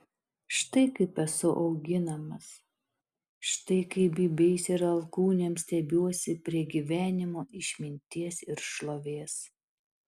štai kaip esu auginamas štai kaip bybiais ir alkūnėm stiebiuosi prie gyvenimo išminties ir šlovės